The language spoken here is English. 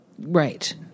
Right